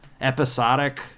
episodic